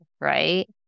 right